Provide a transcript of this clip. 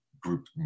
group